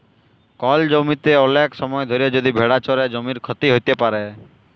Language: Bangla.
কল জমিতে ওলেক সময় ধরে যদি ভেড়া চরে জমির ক্ষতি হ্যত প্যারে